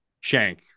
Shank